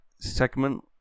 segment